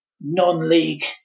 non-league